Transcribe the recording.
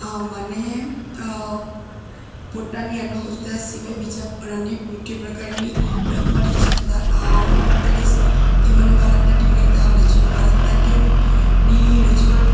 હા મને પોતાની અનુકૂળતા સિવાય બીજા પણ અનેક મુખ્ય પ્રકારની તક મળી જતાં હું વાત કરીશ કે મને ભરતનાટ્યમ કરતા આવડે છે હું ભરતનાટ્યમની રજૂઆત